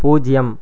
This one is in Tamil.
பூஜ்ஜியம்